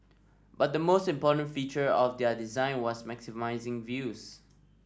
but the most important feature of their design was maximising views